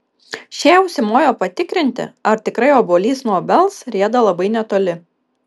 šie užsimojo patikrinti ar tikrai obuolys nuo obels rieda labai netoli